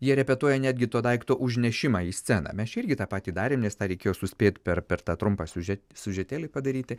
jie repetuoja netgi to daikto užnešimą į sceną mes čia irgi tą patį darėm nes tą reikėjo suspėt per per tą trumpą siužetėlį padaryti